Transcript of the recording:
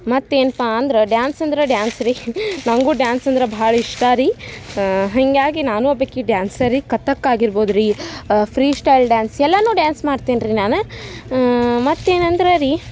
ಮತ್ತೇನಪ್ಪಾ ಅಂದ್ರೆ ಡ್ಯಾನ್ಸ್ ಅಂದ್ರೆ ಡ್ಯಾನ್ಸ್ ರೀ ನನಗೂ ಡ್ಯಾನ್ಸ್ ಅಂದ್ರೆ ಭಾಳ ಇಷ್ಟ ರೀ ಹೀಗಾಗಿ ನಾನೂ ಒಬ್ಬಾಕಿ ಡ್ಯಾನ್ಸರ್ ರೀ ಕಥಕ್ ಆಗಿರ್ಬೋದು ರಿ ಫ್ರೀಶ್ಟೈಲ್ ಡ್ಯಾನ್ಸ್ ಎಲ್ಲನೂ ಡ್ಯಾನ್ಸ್ ಮಾಡ್ತೇನೆ ರಿ ನಾನು ಮತ್ತೇನಂದ್ರೆ ರೀ